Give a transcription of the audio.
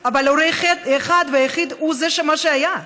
אבל ההורה האחד והיחיד הוא מה שהיה,